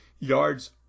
Yards